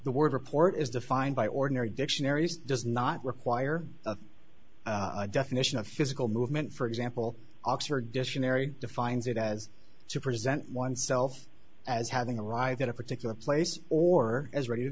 the word report is defined by ordinary dictionaries does not require definition of physical movement for example oxford dictionary defines it as to present oneself as having arrived at a particular place or as ready to